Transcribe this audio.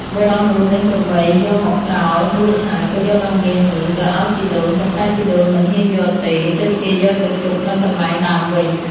បុរសនោះដេញក្របីយកមកក្រោល រួចហើយក៏យកដុំមាសនោះទៅអោយជីដូន ប៉ុន្តែជីដូនមិនហ៊ានយកទេ ទើបគេយកទៅទុកនៅកន្លែងដើមវិញ។